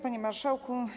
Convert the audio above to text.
Panie Marszałku!